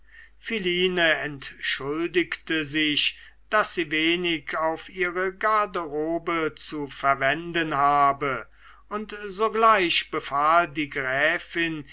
entschuldigte sich daß sie wenig auf ihre garderobe zu verwenden habe und sogleich befahl die gräfin